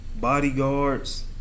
bodyguards